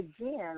again